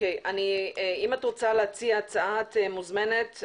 אוקי, אם את רוצה להציע הצעה, את מוזמנת.